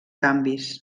canvis